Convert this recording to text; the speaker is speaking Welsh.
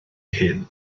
hyn